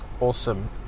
Awesome